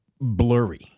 blurry